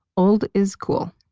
old is cool.